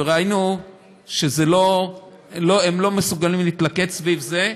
וראינו שהם לא מסוגלים להתלכד סביב זה,